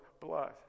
blood